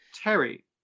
Terry